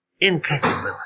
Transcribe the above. incapability